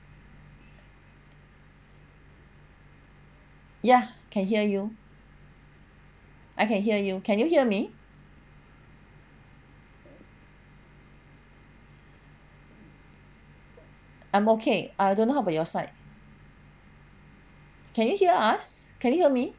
ya can hear you I can hear you can you hear me I'm okay I don't know how about your side can you hear us can you hear me